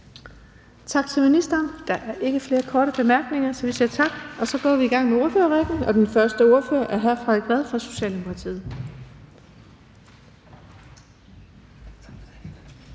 Tak til ministeren. Der er ikke flere korte bemærkninger, så vi går i gang med ordførerrækken. Og den første ordfører er hr. Frederik Vad fra Socialdemokratiet.